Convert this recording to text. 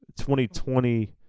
2020